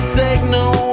signal